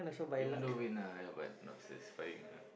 e~ even though win ah ya but not satisfying ah